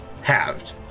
halved